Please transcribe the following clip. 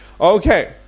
Okay